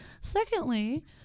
Secondly